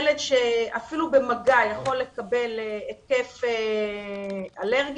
ילד שאפילו במגע יכול לקבל התקף אלרגי,